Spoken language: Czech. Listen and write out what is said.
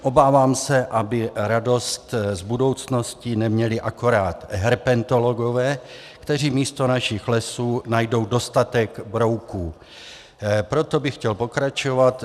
Obávám se, aby radost z budoucnosti neměli akorát herpetologové, kteří místo našich lesů najdou dostatek brouků, proto bych chtěl pokračovat.